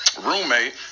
roommate